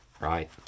right